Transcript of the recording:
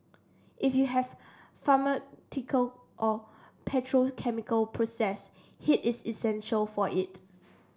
if you have pharmaceutical or petrochemical process heat is essential for it